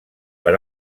per